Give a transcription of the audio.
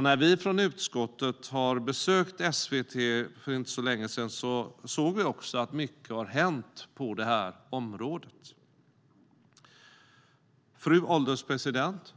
När vi från utskottet besökte SVT för inte så länge sedan såg vi att mycket har hänt på detta område. Fru ålderspresident!